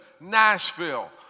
Nashville